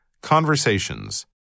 Conversations